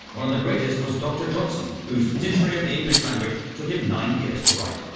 one of the greatest was dr. johnson, whose dictionary of the english language took him nine years to write.